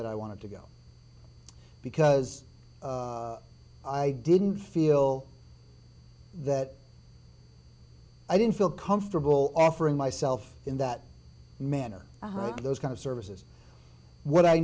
that i wanted to go because i didn't feel that i didn't feel comfortable offering myself in that manner those kind of services what i